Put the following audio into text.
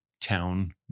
town